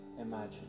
imagine